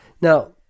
Now